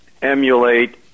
emulate